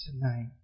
tonight